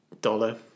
Dollar